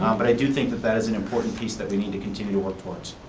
but i do think that that is an important piece that we need to continue to work towards.